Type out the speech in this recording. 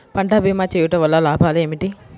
పంట భీమా చేయుటవల్ల లాభాలు ఏమిటి?